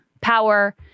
power